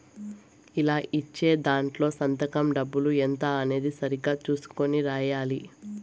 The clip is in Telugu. ఇలా ఇచ్చే దాంట్లో సంతకం డబ్బు ఎంత అనేది సరిగ్గా చుసుకొని రాయాలి